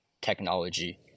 technology